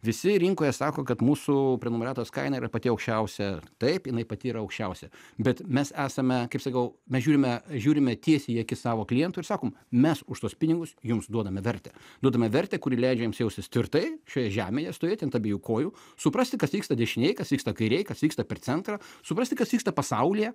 visi rinkoje sako kad mūsų prenumeratos kaina yra pati aukščiausia taip jinai pati yra aukščiausia bet mes esame kaip sakau mes žiūrime žiūrime tiesiai į akis savo klientui ir sakom mes už tuos pinigus jums duodame vertę duodame vertę kuri leidžia jums jaustis tvirtai šioje žemėje stovėti ant abiejų kojų suprasti kas vyksta dešinėj kas vyksta kairėj kas vyksta per centrą suprasti kas vyksta pasaulyje